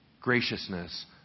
graciousness